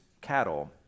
cattle